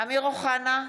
אמיר אוחנה,